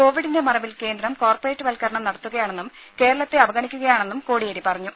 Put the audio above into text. കോവിഡിന്റെ മറവിൽ കേന്ദ്രം കോർപ്പറേറ്റ് വൽക്കരണം നടത്തുകയാണെന്നും കേരളത്തെ അവഗണിക്കുകയാണെന്നും കോടിയേരി പറഞ്ഞു